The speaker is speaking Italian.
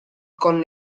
con